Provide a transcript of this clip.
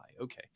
Okay